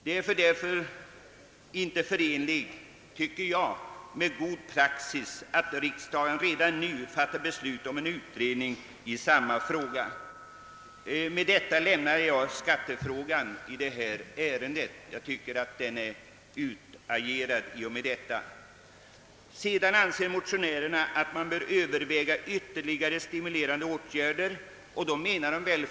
Det är därför inte förenligt med god praxis att riksdagen nu skulle besluta om en utredning i samma fråga. Med detta lämnar jag skattefrågan, jag tycker att den är utagerad i det här sammanhanget. Motionärerna anser också att ytterligare stimulerande åtgärder bör övervägas.